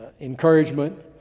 encouragement